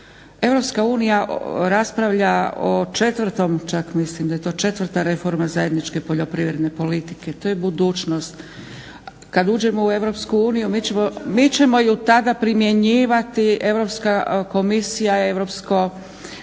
tema. EU raspravlja o četvrtom čak mislim da je to četvrta reforma zajedničke poljoprivredne politike. To je budućnost. Kad uđemo u EU mi ćemo ju tada primjenjivati. Europska komisija, Europsko